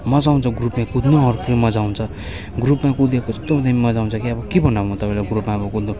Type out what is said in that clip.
मज्जा आउँछ ग्रुपमा कुद्नु अर्कै मज्जा आउँछ ग्रुपमा कुदेको यस्तो दामी मज्जा आउँछ कि अब के भन्नु अब म तपाईँलाई ग्रुपमा अब कुद्नु